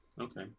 Okay